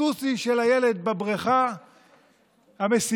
הסושי של הילד בבריכה, המסיבות,